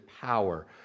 power